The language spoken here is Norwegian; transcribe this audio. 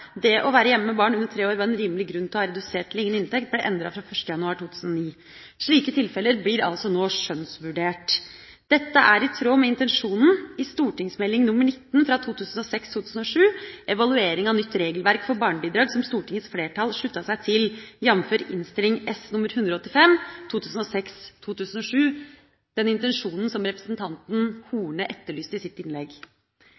det å være hjemme med barn under tre år var en rimelig grunn til å ha redusert eller ingen inntekt, ble endret fra 1. januar 2009. Slike tilfeller blir nå skjønnsvurdert. Dette er i tråd med intensjonen i St.meld. nr. 19 for 2006–2007, Evaluering av nytt regelverk for barnebidrag, som Stortingets flertall sluttet seg til, jf. Innst. S. nr. 185 for 2006–2007 – den intensjonen som representanten